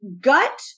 Gut